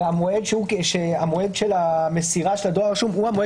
והמועד של המסירה של הדואר הרשום הוא המועד